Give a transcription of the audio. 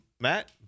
Matt